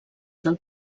del